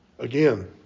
Again